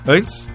Antes